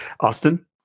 Austin